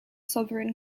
sovereign